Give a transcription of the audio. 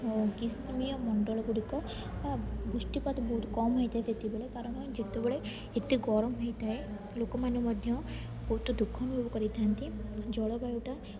ଗ୍ରୀଷ୍ମୀୟ ମଣ୍ଡଳଗୁଡ଼ିକ ବା ବୃଷ୍ଟିପାତ ବହୁତ କମ୍ ହୋଇଥାଏ ସେତିବେଳେ କାରଣ ଯେତେବେଳେ ଏତେ ଗରମ ହୋଇଥାଏ ଲୋକମାନେ ମଧ୍ୟ ବହୁତ ଦୁଃଖ ଅନୁଭବ କରିଥାନ୍ତି ଜଳବାୟୁଟା